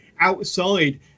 outside